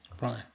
Right